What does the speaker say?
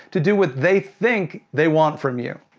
to do what they think they want from you.